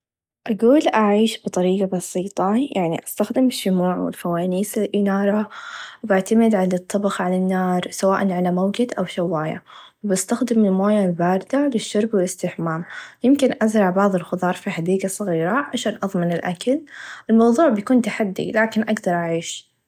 أقول أعيش بطريقه بسيطه يعني أستخدم الشموع و فوانيس الإناره و بعتمد على الطبخ على النار سواء على موقد أو شوايه و بستخدم المويا البارده للشرب و الإستحمام يمكن أزرع بعض الخظار في حديقه صغيره عشان أظمن الأكل الموظوع بيكون تحدي لاكن أقدر أعيش.